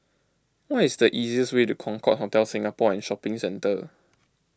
what is the easiest way to Concorde Hotel Singapore and Shopping Centre